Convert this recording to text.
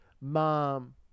Mom